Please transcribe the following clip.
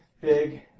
big